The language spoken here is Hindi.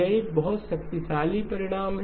यह एक बहुत शक्तिशाली परिणाम है